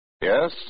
Yes